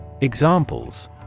Examples